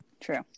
True